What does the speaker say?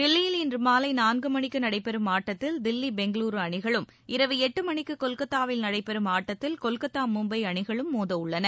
தில்லியில் இன்று மாலை நான்கு மணிக்கு நடைபெறும் ஆட்டத்தில் தில்லி பெங்களூரு அணிகளும் இரவு எட்டு மணிக்கு கொல்கத்தாவில் நடைபெறும் ஆட்டத்தில் கொல்கத்தா மும்பை அணிகளும் மோத உள்ளன